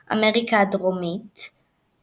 מספר המשחקים הכולל יגדל מ-64 משחקים